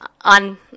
on